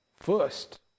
First